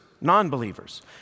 non-believers